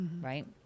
right